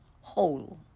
whole